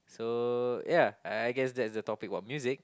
so ya I guess that's the topic about music